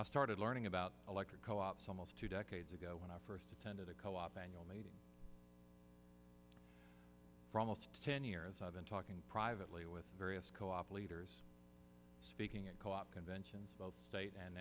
i started learning about electric co ops almost two decades ago when i first attended a co op annual meeting for almost ten years i've been talking privately with various co op leaders speaking at co op conventions both state and